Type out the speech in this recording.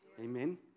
Amen